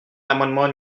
l’amendement